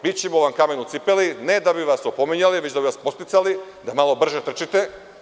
Bićemo vam kamen u cipeli, ne da bi vas opominjali, već da bi vas podsticali da malo brže trčite.